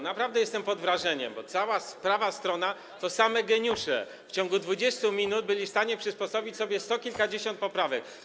Naprawdę jestem pod wrażeniem, bo cała prawa strona to sami geniusze - w ciągu 20 minut byli w stanie przyswoić sobie sto kilkadziesiąt poprawek.